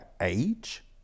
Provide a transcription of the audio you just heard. age